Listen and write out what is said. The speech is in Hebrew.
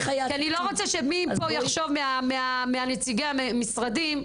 כי אני לא רוצה שמי מנציגי המשרדים פה